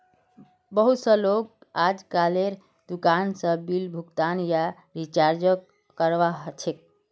बहुत स लोग अजकालेर दुकान स बिल भुगतान या रीचार्जक करवा ह छेक